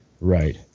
Right